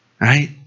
Right